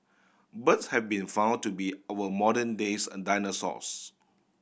birds have been found to be our modern days a dinosaurs